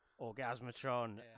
Orgasmatron